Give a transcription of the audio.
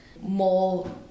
more